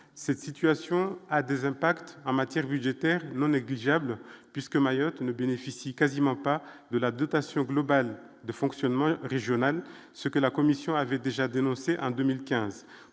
cette situation a des impacts en matière budgétaire non négligeable puisque Mayotte qui ne bénéficient quasiment pas de la dotation globale de fonctionnement régionales, ce que la Commission avait déjà dénoncé en 2015,